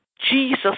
Jesus